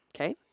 Okay